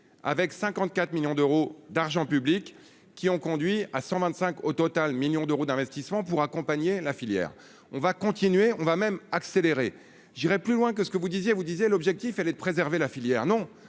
avec 54 millions d'euros d'argent public qui ont conduit à 125 au total 1000000 d'euros d'investissements pour accompagner la filière, on va continuer, on va même accéléré, j'irai plus loin que ce que vous disiez vous disait l'objectif, elle est de préserver la filière non,